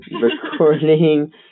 recording